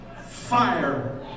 fire